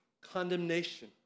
condemnation